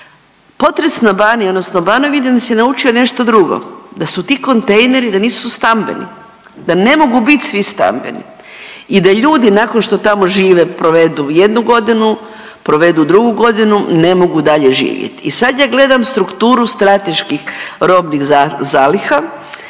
Potres na Baniji odnosno na Banovini nas je naučio nešto drugo, da su ti kontejneri da nisu stambeni, da ne mogu bit svi stambeni i da ljudi nakon što tamo žive, provedu jednu godinu, provedu drugu godinu ne mogu dalje živjeti. I sad ja gledam strukturu strateških robnih zaliha